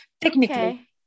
technically